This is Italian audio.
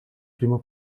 primo